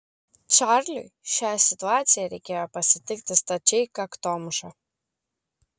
čarliui šią situaciją reikėjo pasitikti stačiai kaktomuša